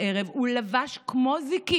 הוא המציא שקרים מבוקר עד ערב, הוא לבש כמו זיקית